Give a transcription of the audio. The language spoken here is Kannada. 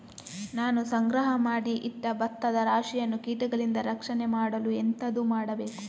ನಾನು ಸಂಗ್ರಹ ಮಾಡಿ ಇಟ್ಟ ಭತ್ತದ ರಾಶಿಯನ್ನು ಕೀಟಗಳಿಂದ ರಕ್ಷಣೆ ಮಾಡಲು ಎಂತದು ಮಾಡಬೇಕು?